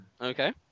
Okay